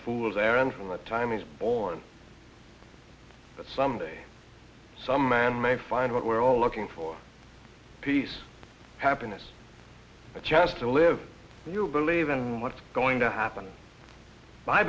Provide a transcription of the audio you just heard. fool's errand for my time is born but some day some man may find what we're all looking for peace happiness a chance to live you believe in what's going to happen i